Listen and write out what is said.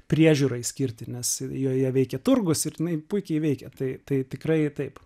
priežiūrai skirti nes joje veikia turgus ir jinai puikiai veikia tai tai tikrai taip